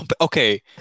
okay